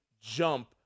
jump